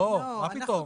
לא, מה פתאום.